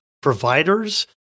providers